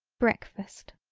breakfast.